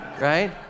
right